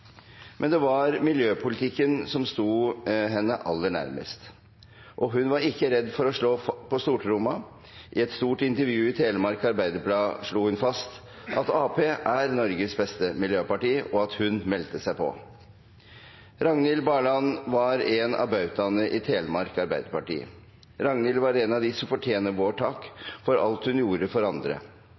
Men det var miljøpolitikken som sto henne aller nærmest. Og hun var ikke redd for å slå på stortromma: I et stort intervju i Telemark Arbeiderblad slo hun fast at Arbeiderpartiet er Norges beste miljøparti – og at hun meldte seg på. Ragnhild Barland var en av bautaene i Telemark Arbeiderparti. Ragnhild var en av dem som fortjener vår takk for alt hun gjorde for andre.